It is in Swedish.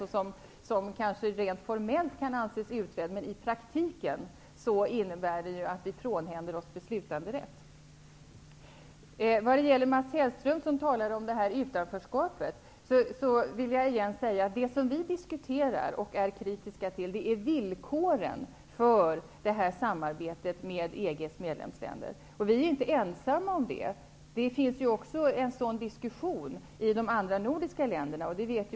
Frågan kan kanske rent formellt anses utredd. I praktiken innebär det dock att vi frånhänder oss beslutanderätt. Mats Hellström talade om utanförskapet. Det vi diskuterar och är kritiska till är villkoren för samarbetet med EG:s medlemsländer. Vi är inte ensamma om det. Det förs en sådan diskussion i de övriga nordiska länderna.